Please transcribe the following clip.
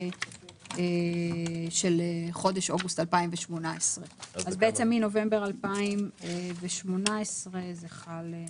של חודש אוגוסט 2018. אז בעצם מנובמבר 2018 זה חל.